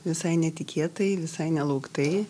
visai netikėtai visai nelauktai